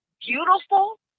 beautiful